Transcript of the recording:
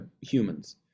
humans